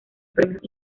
premios